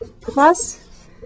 plus